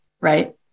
right